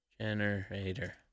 generator